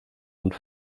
und